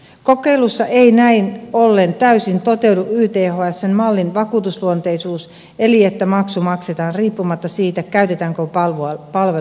kokeilussa ei näin ollen täysin toteudu ythsn mallin vakuutusluonteisuus eli se että maksu maksetaan riippumatta siitä käytetäänkö palvelua vai ei